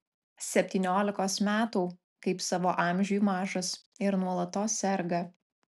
septyniolikos metų kaip savo amžiui mažas ir nuolatos serga